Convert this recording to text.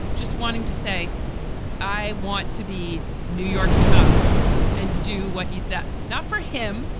just wanting to say i want to be new york tough and do what he says. not for him,